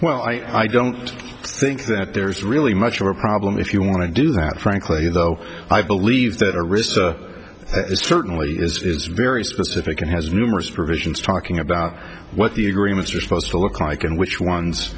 well i don't think that there's really much of a problem if you want to do that frankly though i believe that a risk certainly is very specific and has numerous provisions talking about what the agreements are supposed to look like and which ones